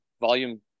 volume